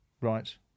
Right